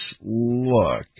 look